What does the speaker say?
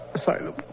Asylum